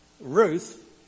Ruth